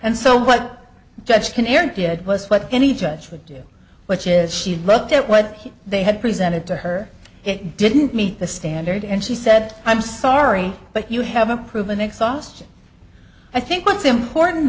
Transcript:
and so what judge can err did was what any judge would do which is she looked at what they had presented to her it didn't meet the standard and she said i'm sorry but you have a proven exhaustion i think what's important